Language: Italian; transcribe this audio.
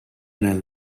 nel